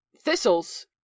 Thistles